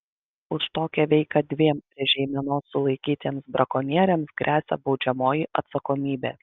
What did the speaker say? už tokią veiką dviem prie žeimenos sulaikytiems brakonieriams gresia baudžiamoji atsakomybė